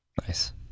Nice